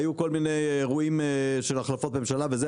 היו כל מיני אירועים של החלפות ממשלה וזה,